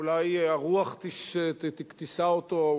אולי הרוח תישא אותו?